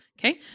Okay